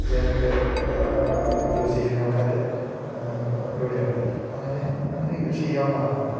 വേനക്ക് use ചെയ്യുന്ന ആൾക്കാർ ഇവിടെയുണ്ട് അങ്ങനെ അങ്ങനെയും കൃഷി ചെയ്യാവുന്നത് ആണ്